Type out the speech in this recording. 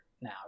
now